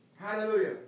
Hallelujah